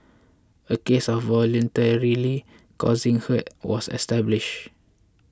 a case of voluntarily causing hurt was established